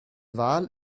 wal